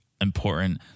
important